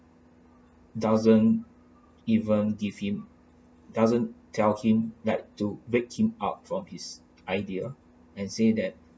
doesn't even give him doesn't tell him that to wake up him up from his idea and say that